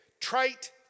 trite